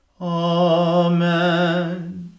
Amen